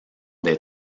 des